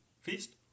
feast